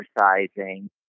exercising